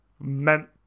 meant